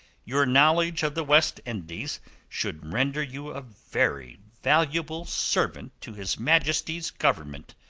your knowledge of the west indies should render you a very valuable servant to his majesty's government,